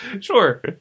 Sure